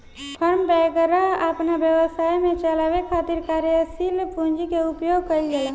form वैगरह अपना व्यवसाय के चलावे खातिर कार्यशील पूंजी के उपयोग कईल जाला